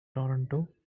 toronto